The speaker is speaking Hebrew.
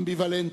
אמביוולנטי,